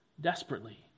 desperately